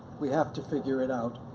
we have to figure it out.